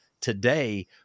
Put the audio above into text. today